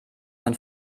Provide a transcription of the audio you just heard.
von